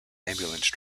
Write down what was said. ambulance